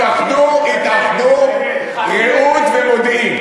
התאחדו מודיעין ומכבים.